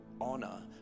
honor